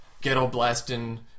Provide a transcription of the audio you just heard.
ghetto-blasting